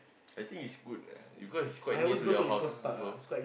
I think is good because it's quite near your house also